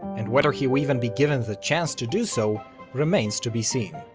and whether he'll even be given the chance to do so remains to be seen.